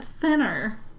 thinner